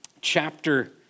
chapter